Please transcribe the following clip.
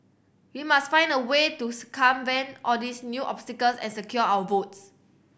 we must find a way to circumvent all these new obstacles and secure our votes